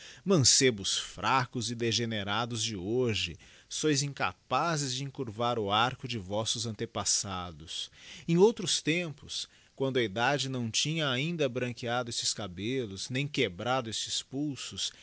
mancebos fracos e degenerados de hoje sois incapazes de encurvar o arco de vossos antepassados em outros tempos quando a idade nâo tinha ainda branqueado estes cabellos nem quebrado estes pulsos